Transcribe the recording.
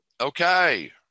Okay